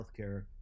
healthcare